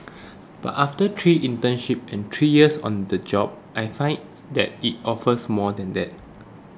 but after three internships and three years on the job I find that it offers more than that